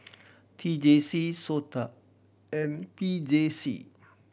T J C SOTA and P J C